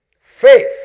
Faith